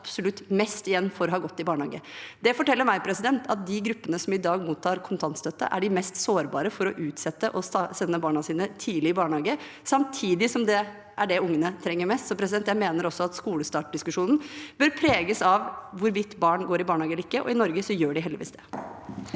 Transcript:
absolutt mest igjen for å ha gått i barnehage. Det forteller meg at de gruppene som i dag mottar kontantstøtte, er de mest sårbare for å utsette å sende barna sine tidlig i barnehage, samtidig som det er det barna trenger mest. Så skolestartdiskusjonen bør også preges av hvorvidt barn går i barnehage eller ikke, og i Norge gjør de heldigvis det.